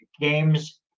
games